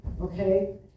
Okay